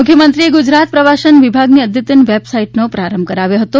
મુખ્યમંત્રીએ ગુજરાત પ્રવાસન વિભાગની અદ્યતન વેબસાઇટનો પ્રારંભ કરાવ્યો હતો